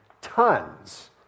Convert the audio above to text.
tons